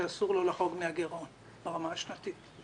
שאסור לו לחרוג מן הגירעון ברמה השנתית.